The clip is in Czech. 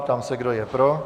Ptám se, kdo je pro.